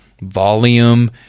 volume